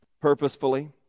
purposefully